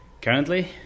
currently